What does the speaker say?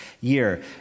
year